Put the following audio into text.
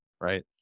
right